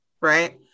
right